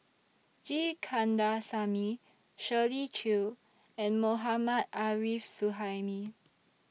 G Kandasamy Shirley Chew and Mohammad Arif Suhaimi